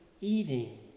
eating